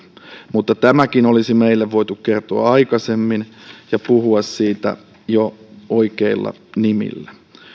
mutta tämäkin olisi meille voitu kertoa aikaisemmin ja puhua siitä jo oikeilla nimillä